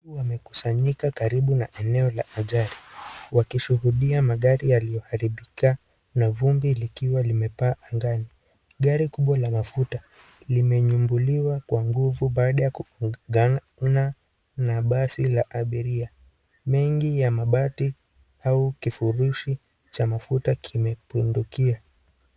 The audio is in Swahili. Wamekusanyika karibu na eneo la ajali wakishuhudia magari yaliyoharibika na vumbi likiwa limepaa angani, gari kubwa la mafuta limenyumbuliwa kwa nguvu baada ya kung'ang'ania na basi la abiria. Mengi ya mabati au kifurushi cha mafuta imepinduka.